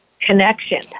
Connection